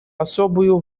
особую